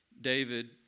David